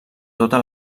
tota